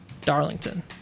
Darlington